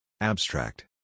Abstract